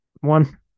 one